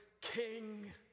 king